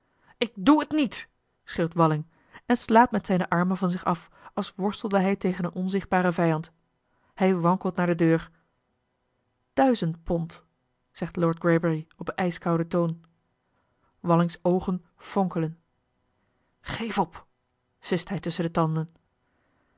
ik doe het niet schreeuwt walling en slaat met zijne armen van zich af als worstelde hij tegen een onzichtbaren vijand hij wankelt naar de deur duizend pond zegt lord greybury op ijskouden toon wallings oogen fonkelen geef op sist hij tusschen de tanden